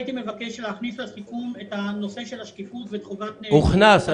הייתי מבקש להכניס לסיכום את הנושא של השקיפות ואת חובת --- הוכנס.